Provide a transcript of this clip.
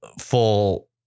full